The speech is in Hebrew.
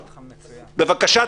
בבקשה,